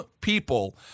people